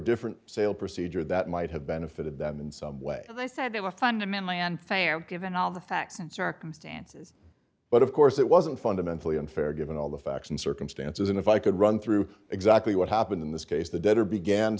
different sale procedure that might have benefited them in some way i said they were fundamentally unfair given all the facts and circumstances but of course it wasn't fundamentally unfair given all the facts and circumstances and if i could run through exactly what happened in this case the debtor began